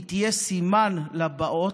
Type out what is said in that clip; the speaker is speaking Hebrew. היא תהיה סימן לבאות,